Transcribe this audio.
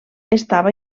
estava